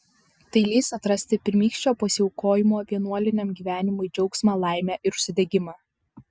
tai leis atrasti pirmykščio pasiaukojimo vienuoliniam gyvenimui džiaugsmą laimę ir užsidegimą